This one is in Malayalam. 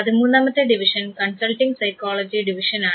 പതിമൂന്നാമത്തെ ഡിവിഷൻ കൺസൾട്ടിംഗ് സൈക്കോളജി ഡിവിഷനാണ്